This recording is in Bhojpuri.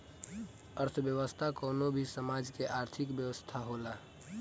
अर्थव्यवस्था कवनो भी समाज के आर्थिक व्यवस्था होला